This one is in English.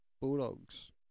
Bulldogs